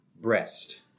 breast